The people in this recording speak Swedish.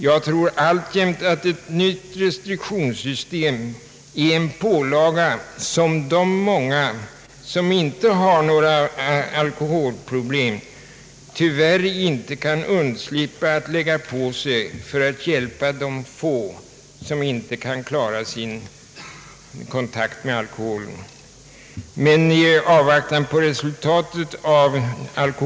Jag tror alltjämt att ett nytt restriktionssystem är en pålaga som de många som inte har några alkoholproblem tyvärr inte kan undslippa att ålägga sig för att hjälpa de få som inte klarar sin kontakt med alkoholen.